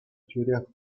тӳрех